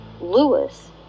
Lewis